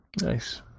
Nice